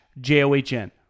john